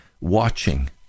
watching